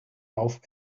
auf